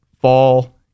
fall